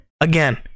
again